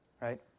right